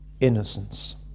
innocence